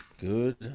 Good